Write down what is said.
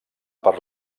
per